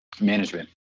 management